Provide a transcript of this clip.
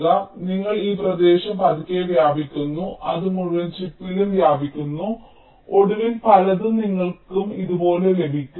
അതിനാൽ നിങ്ങൾ ഈ പ്രദേശം പതുക്കെ വ്യാപിക്കുന്നു അത് മുഴുവൻ ചിപ്പിലും വ്യാപിക്കുന്നു ഒടുവിൽ പലതും നിങ്ങൾക്ക് ഇതുപോലെ ലഭിക്കും